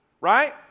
right